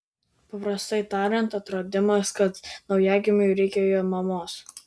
paprastai tariant atradimas kad naujagimiui reikia jo mamos